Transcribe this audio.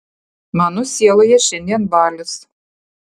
mano sieloje šiandien balius